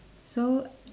so